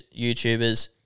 YouTubers